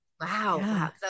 wow